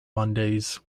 mondays